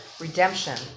redemption